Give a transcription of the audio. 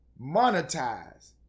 monetize